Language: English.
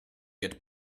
get